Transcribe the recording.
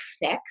fix